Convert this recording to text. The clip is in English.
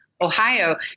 Ohio